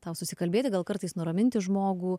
tau susikalbėti gal kartais nuraminti žmogų